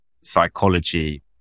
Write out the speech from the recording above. psychology